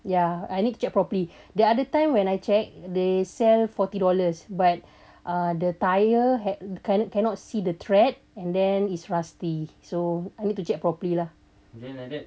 ya I need to get properly the other time when I check they sell forty dollars but uh the tire had cannot see the thread and then it's rusty so I need to check properly lah